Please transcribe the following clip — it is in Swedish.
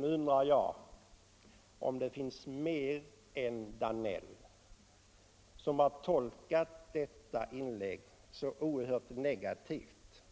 Nu undrar jag om det finns någon mer än herr Danell som har tolkat detta inlägg som så oerhört negativt